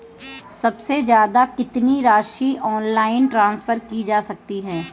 सबसे ज़्यादा कितनी राशि ऑनलाइन ट्रांसफर की जा सकती है?